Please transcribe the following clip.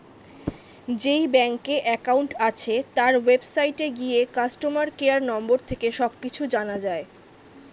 যেই ব্যাংকে অ্যাকাউন্ট আছে, তার ওয়েবসাইটে গিয়ে কাস্টমার কেয়ার নম্বর থেকে সব কিছু জানা যায়